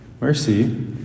mercy